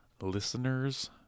listeners